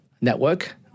network